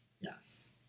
Yes